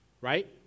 right